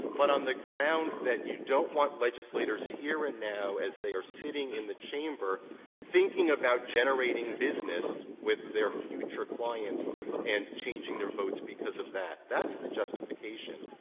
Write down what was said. but on the ground that you don't want legislators here and now as they are sitting in the chamber thinking about generating business with their future clients and changing their votes because of that. that's the justification.